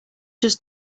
just